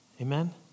Amen